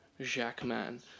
Jackman